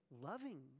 loving